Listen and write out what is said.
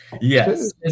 yes